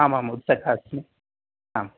आम् आम् उत्सुकः अस्ति आम्